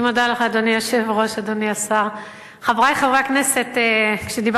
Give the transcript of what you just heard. רגע, תן לי